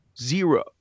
zero